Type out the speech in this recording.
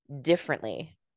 differently